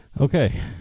Okay